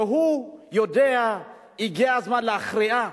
כשהוא יודע שהגיע הזמן להכריע,